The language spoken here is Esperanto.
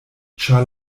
ĉar